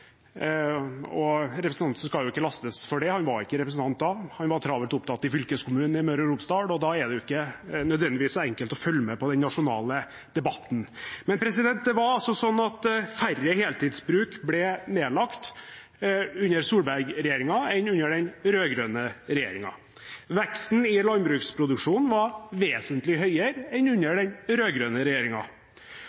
og representanten skal ikke lastes for det. Han var ikke representant da; han var travelt opptatt i fylkeskommunen i Møre og Romsdal, og da er det ikke nødvendigvis så enkelt å følge med på den nasjonale debatten. Men det var altså sånn at færre heltidsbruk ble nedlagt under Solberg-regjeringen enn under den rød-grønne regjeringen. Veksten i landbruksproduksjonen var vesentlig høyere enn under